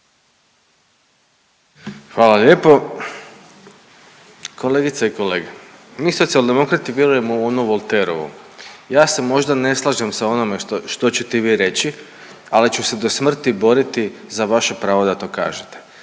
Hvala lijepo. Kolegice i kolege. Mi Socijaldemokrati vjerujemo u onu Volterovu, ja se možda ne slažem s onime što ćete vi reći, ali ću se do smrti boriti za vaše pravo da to kažete.